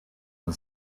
and